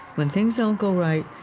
when things don't go right,